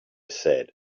said